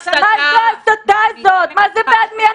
מה האמירה הזאת "בעד מי"?